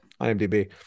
IMDb